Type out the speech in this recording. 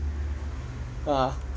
uh